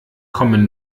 kommen